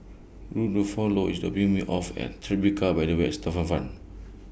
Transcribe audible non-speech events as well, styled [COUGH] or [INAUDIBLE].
[UNINTELLIGIBLE] IS dropping Me off At Tribeca By The West Waterfront